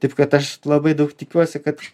taip kad aš labai daug tikiuosi kad